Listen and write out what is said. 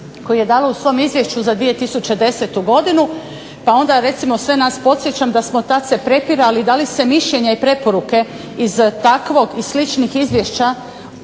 koju je dala u svom izvješću za 2010. godinu. Pa onda recimo sve nas podsjećam da smo tad se prepirali, da li se mišljenje i preporuke iz takvog i sličnih izvješća